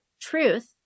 truth